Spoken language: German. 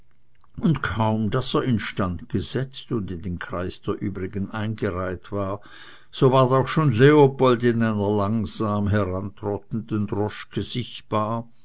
und kaum daß er in stand gesetzt und in den kreis der übrigen eingereiht war so ward auch schon leopold in einer langsam herantrottenden droschke sichtbar